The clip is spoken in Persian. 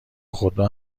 خودرو